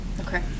Okay